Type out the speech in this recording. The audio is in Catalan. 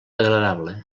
agradable